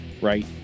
right